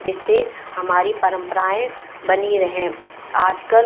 जिससे हमारी परंपराएं बनी रहें आज कल